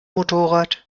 motorrad